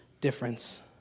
difference